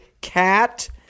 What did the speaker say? cat